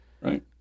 Right